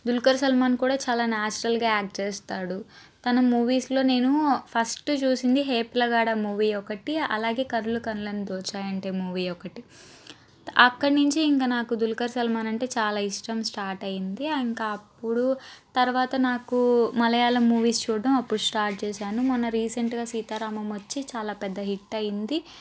దుల్కర్ సల్మాన్ కూడా చాలా నాచురల్గా యాక్ట్ చేస్తాడు తన మూవీస్లో నేను ఫస్ట్ చూసింది హే పిల్లగాడా మూవీ ఒకటి అలాగే కనులు కనులను దోచాయి అంటే మూవీ ఒకటి అక్కడ నుంచి ఇంక నాకు దుల్కర్ సల్మాన్ అంటే చాలా ఇష్టం స్టార్ట్ అయింది ఇంకా అప్పుడు తర్వాత నాకు మలయాళం మూవీస్ చూడడం అప్పుడు స్టార్ట్ చేశాను మొన్న రీసెంట్గా సీతారామము వచ్చి చాలా పెద్ద హిట్ అయింది